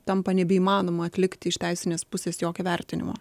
tampa nebeįmanoma atlikti iš teisinės pusės jokio vertinimo